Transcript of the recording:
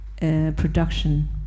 production